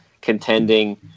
contending